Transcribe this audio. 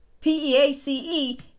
P-E-A-C-E